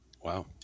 Wow